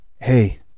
Hey